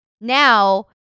now